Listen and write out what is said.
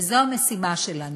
וזו המשימה שלנו,